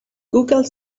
google